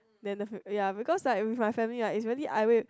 then if ya because like if with my family ah is really like I wait